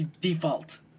default